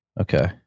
Okay